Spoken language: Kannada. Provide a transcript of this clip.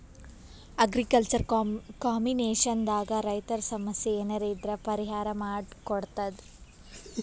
ಅಗ್ರಿಕಲ್ಚರ್ ಕಾಮಿನಿಕೇಷನ್ ದಾಗ್ ರೈತರ್ ಸಮಸ್ಯ ಏನರೇ ಇದ್ರ್ ಪರಿಹಾರ್ ಮಾಡ್ ಕೊಡ್ತದ್